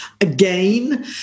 again